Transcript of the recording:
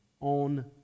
on